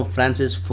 Francis